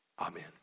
amen